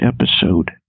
episode